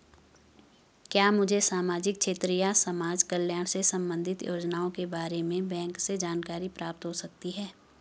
क्या मुझे सामाजिक क्षेत्र या समाजकल्याण से संबंधित योजनाओं के बारे में बैंक से जानकारी प्राप्त हो सकती है?